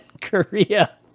Korea